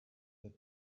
that